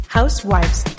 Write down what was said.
Housewives